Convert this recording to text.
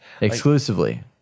exclusively